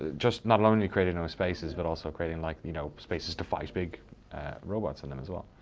just not only creating other spaces, but also creating like you know spaces to fight big robots in them, as well?